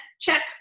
Check